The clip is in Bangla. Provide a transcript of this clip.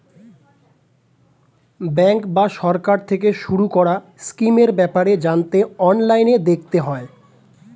ব্যাঙ্ক বা সরকার থেকে শুরু করা স্কিমের ব্যাপারে জানতে অনলাইনে দেখতে হয়